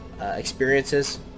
experiences